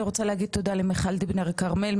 אני רוצה להגיד תודה למיכל דיבנר כרמל,